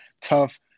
tough